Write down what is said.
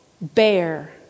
bear